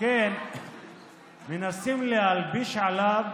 לכן מנסים להלביש עליו